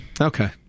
okay